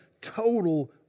total